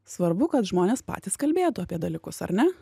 svarbu kad žmonės patys kalbėtų apie dalykus ar ne